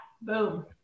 Boom